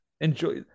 Enjoy